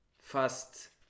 fast